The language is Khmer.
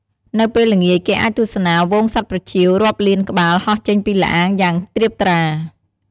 នៅពេលល្ងាច គេអាចទស្សនាហ្វូងសត្វប្រចៀវរាប់លានក្បាលហោះចេញពីល្អាងយ៉ាងត្រៀបត្រា។